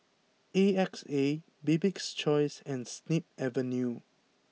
A X A Bibik's choice and Snip Avenue